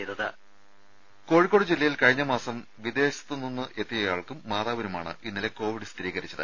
voice Kozhikode ജില്ലയിൽ കഴിഞ്ഞമാസം വിദേശത്ത് നിന്ന് എത്തിയയാൾക്കും മാതാവിനുമാണ് ഇന്നലെ കോവിഡ് സ്ഥിരീകരിച്ചത്